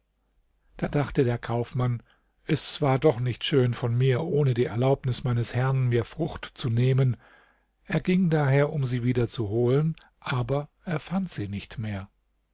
da dachte der kaufmann es war doch nicht schön von mir ohne die erlaubnis meines herrn mir frucht zu nehmen er ging daher um sie wieder zu holen aber er fand sie nicht mehr